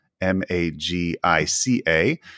m-a-g-i-c-a